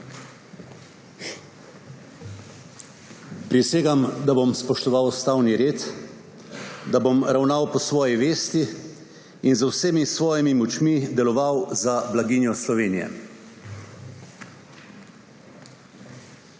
Prisegam, da bom spoštoval ustavni red, da bom ravnal po svoji vesti in z vsemi svojimi močmi deloval za blaginjo Slovenije.